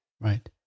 Right